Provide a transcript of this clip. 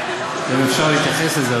אם אפשר להתייחס לזה,